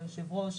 היושב-ראש,